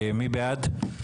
מי בעד?